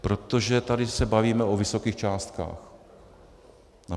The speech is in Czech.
Protože tady se bavíme o vysokých částkách.